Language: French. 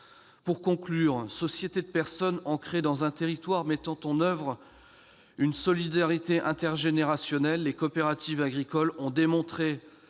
Pour conclure, sociétés de personnes ancrées dans un territoire mettant en oeuvre une solidarité intergénérationnelle, les coopératives agricoles ont démontré